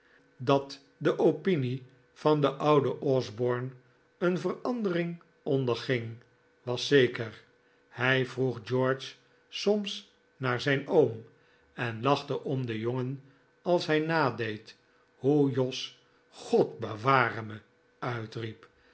dat de opinie van den ouden osborne een verandering onderging was zeker hij vroeg george soms naar zijn oom en lachte om den jongen als hij nadeed hoe jos god beware me uitriep